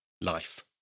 life